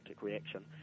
reaction